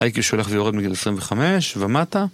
אייקיו שהולך ויורד מגיל 25 ומטה